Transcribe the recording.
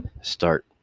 start